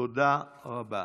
תודה רבה.